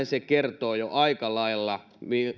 se kertoo jo aika lailla siitä